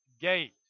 gate